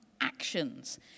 actions